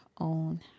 own